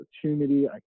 opportunity